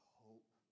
hope